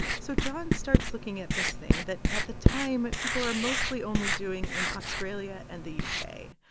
so jon starts looking at this thing that, at the time, people are mostly only doing in australia and the u k.